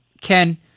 ken